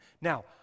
Now